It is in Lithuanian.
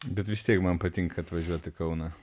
bet vis tiek man patinka atvažiuot į kauną